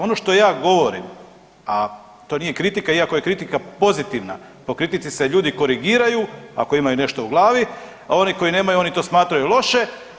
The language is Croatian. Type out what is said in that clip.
Ono što ja govorim, a to nije kritika i ako je kritika pozitivna, po kritici se ljudi korigiraju ako imaju nešto u glavi, a oni koji nemaju oni to smatraju loše.